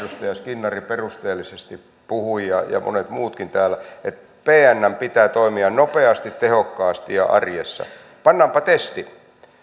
edustaja skinnari perusteellisesti puhui ja ja monet muutkin täällä että pnn pitää toimia nopeasti tehokkaasti ja arjessa niin pannaanpa testi